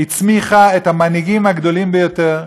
הצמיחה את המנהיגים הגדולים ביותר,